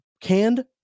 canned